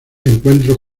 encuentros